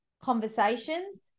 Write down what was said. conversations